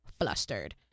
flustered